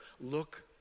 Look